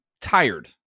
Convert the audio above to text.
tired